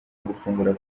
gufungura